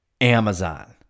Amazon